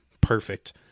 perfect